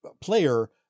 player